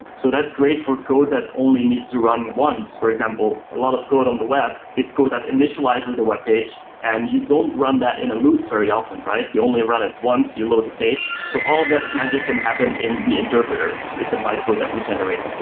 so that's great for a code that only needs to run once. for example, a lot of code on the web is code that initializes the webpage and you don't run that in a loop very open, right? you only run it once. you load the page. so all that magic can happen in the interpreter with the bytecode that we generate.